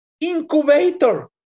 Incubator